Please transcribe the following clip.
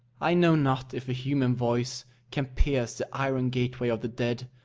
i know not if a human voice can pierce the iron gateway of the dead,